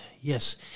Yes